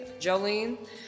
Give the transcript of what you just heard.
Jolene